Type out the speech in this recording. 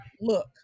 Look